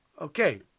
Okay